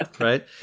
Right